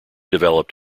developed